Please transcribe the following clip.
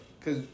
cause